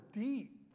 deep